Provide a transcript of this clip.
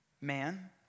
man